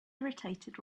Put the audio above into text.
irritated